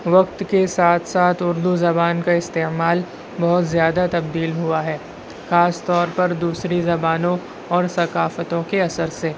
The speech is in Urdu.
وقت کے ساتھ ساتھ اردو زبان کا استعمال بہت زیادہ تبدیل ہوا ہے خاص طور پر دوسری زبانوں اور ثْقافتوں کے اثر سے